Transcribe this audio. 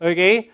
Okay